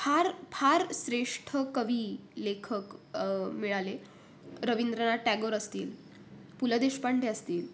फार फार श्रेष्ठ कवी लेखक मिळाले रवींद्रनाथ टागोर असतील पु ल देशपांडे असतील